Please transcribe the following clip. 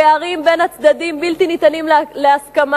הפערים בין הצדדים בלתי ניתנים להסכמה,